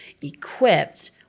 equipped